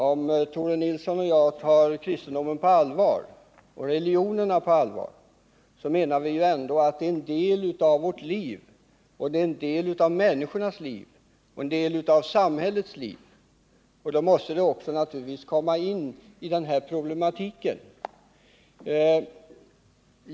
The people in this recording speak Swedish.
Om Tore Nilsson och jag tar kristendomen och religionerna på allvar, så menar vi ju ändå att detta är en del av vårt liv, en del av människornas liv, en del av samhällets liv, och då måste det också komma in i samhällsorienteringen.